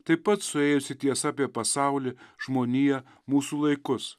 taip pat suėjusi tiesa apie pasaulį žmoniją mūsų laikus